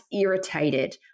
irritated